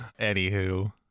anywho